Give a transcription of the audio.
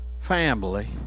family